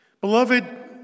Beloved